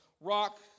rock